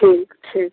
ठीक ठीक